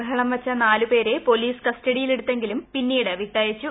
ബഹളംവച്ച നാലു പേരെ പോലീസ് കസ്റ്റഡിയിലെടുത്തെങ്കിലും പിന്നീട് വിട്ടയച്ചു